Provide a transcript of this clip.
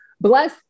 bless